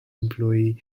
employee